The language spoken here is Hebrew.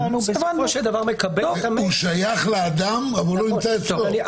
הוא שייך לאדם אבל הוא לא נמצא אצלו.